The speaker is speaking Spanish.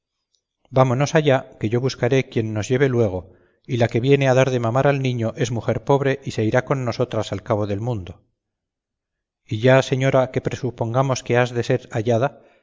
vámonos allá que yo buscaré quien nos lleve luego y la que viene a dar de mamar al niño es mujer pobre y se irá con nosotras al cabo del mundo y ya señora que presupongamos que has de ser hallada